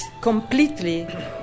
completely